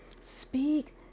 speak